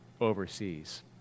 overseas